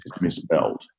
misspelled